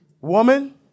Woman